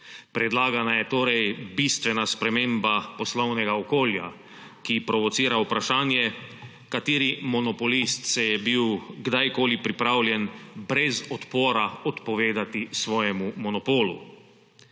Predlagana je torej bistvena sprememba poslovnega okolja, ki provocira vprašanje, kateri monopolist se je bil kdajkoli pripravljen brez odpora odpovedati svojemu monopolu.